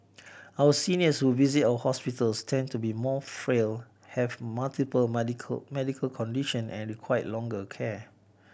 our seniors who visit our hospitals tend to be more frail have multiple medical condition and require longer care